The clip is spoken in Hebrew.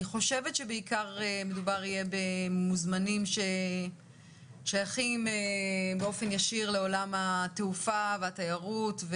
מדובר בעיקר במוזמנים ששייכים באופן ישיר לעולם התעופה והתיירות,